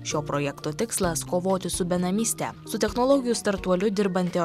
šio projekto tikslas kovoti su benamyste su technologijų startuoliu dirbanti